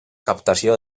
captació